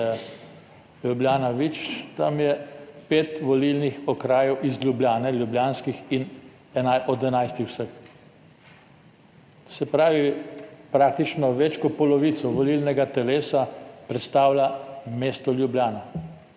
Ljubljana-Vič, tam je pet volilnih okrajev iz Ljubljane ljubljanskih od 11-ih vseh. Se pravi, praktično več kot polovico volilnega telesa predstavlja mesto Ljubljana.